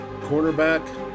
cornerback